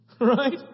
Right